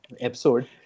episode